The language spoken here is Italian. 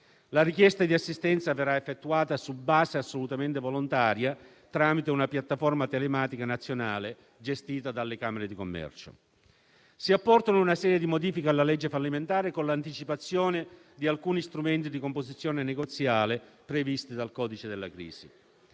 la richiesta di assistenza verrà effettuata su base assolutamente volontaria, tramite una piattaforma telematica nazionale, gestita dalle camere di commercio. Si apporta una serie di modifiche alla legge fallimentare, con l'anticipazione di alcuni strumenti di composizione negoziale, previsti dal codice della crisi